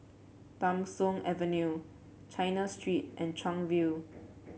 Tham Soong Avenue China Street and Chuan View